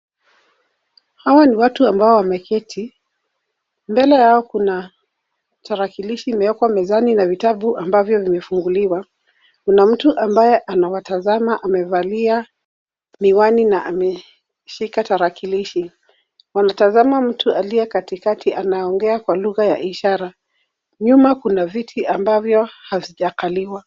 Hawa ni watu ambao wameketi. Mbele yao kuna tarakilishi imewekwa mezani na vitabu ambavyo vimefunguliwa. Kuna mtu ambaye anawatazama amevalia miwani na ameshika tarakilishi. Wanatazama mtu aliye katikati anaongea kwa lugha ya ishara. Nyuma kuna viti ambavyo havijakaliwa.